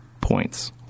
points